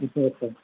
आच्छा आच्छा